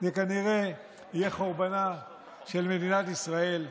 זה כנראה יהיה חורבנה של מדינת ישראל,